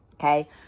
Okay